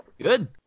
Good